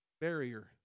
barrier